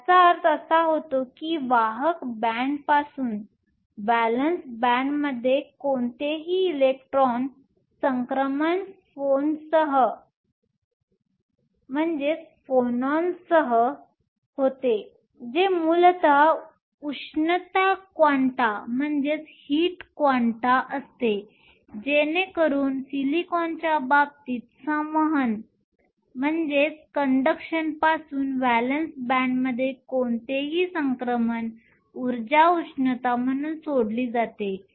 याचा अर्थ असा होतो की वाहक बॅण्डपासून व्हॅलेन्स बॅण्डमध्ये कोणतेही इलेक्ट्रॉन संक्रमण फोन्ससह होते जे मूलतः उष्णता क्वांटा असते जेणेकरून सिलिकॉनच्या बाबतीत संवहन पासून व्हॅलेन्स बॅण्डमध्ये कोणतेही संक्रमण ऊर्जा उष्णता म्हणून सोडली जाते